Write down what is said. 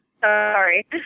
Sorry